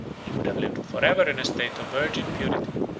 he would have lived forever in a state of virgin purity,